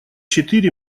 четыре